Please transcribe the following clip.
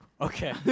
Okay